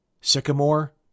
Sycamore